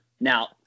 Now